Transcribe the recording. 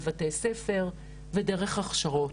בבתי ספר ודרך הכשרות.